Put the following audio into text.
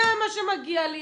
זה מה שמגיע לי,